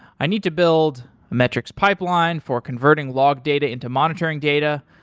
i need to build metrics pipeline for converting log data into monitoring data.